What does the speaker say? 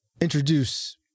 introduce